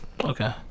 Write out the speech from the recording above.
Okay